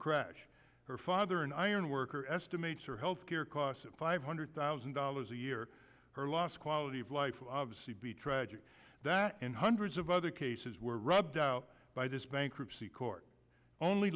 crash her father an ironworker estimates her health care costs five hundred thousand dollars a year her loss quality of life of c b tragic that and hundreds of other cases were rubbed out by this bankruptcy court only